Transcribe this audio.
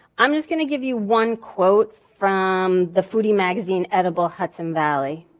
i'm just going to give you one quote from the foodie magazine edible hudson valley.